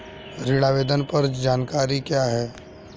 ऋण आवेदन पर क्या जानकारी है?